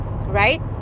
right